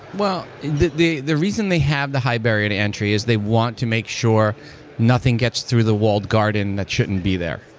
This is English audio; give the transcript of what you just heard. the the the reason they have the high barrier to entry is they want to make sure nothing gets through the walled garden that shouldn't be there.